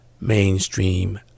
mainstream